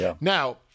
Now